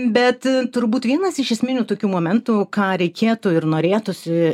bet turbūt vienas iš esminių tokių momentų ką reikėtų ir norėtųsi